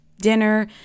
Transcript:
dinner